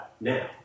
now